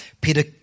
Peter